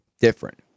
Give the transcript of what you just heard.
different